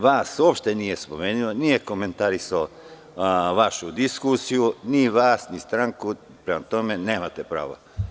Vas uopšte nije spomenuo, nije komentarisao vašu diskusiju, ni vas, ni stranku, prema tome nemate pravo.